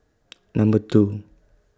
Number two